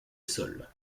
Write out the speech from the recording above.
seul